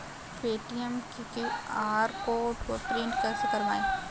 Paytm के QR code को print कैसे करवाएँ?